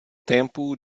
tempo